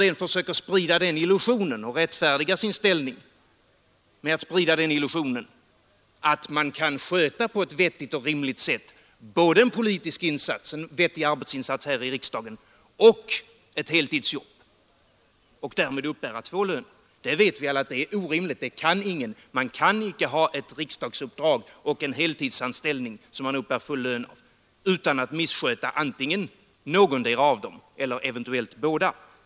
Man försöker rättfärdiga sin ställning genom att sprida illusionen att man kan både göra en vettig arbetsinsats här i riksdagen och sköta ett heltidsjobb. Vi vet att det är orimligt. Det går inte att ha ett riksdagsuppdrag och en heltidsanställning som ger full lön utan att missköta antingen någondera sysslan eller eventuellt båda.